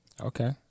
Okay